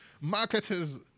marketers